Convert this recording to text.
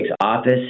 office